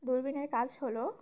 দূরবীনের কাজ হলো